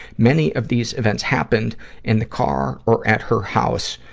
many of these events happened in the car or at her house.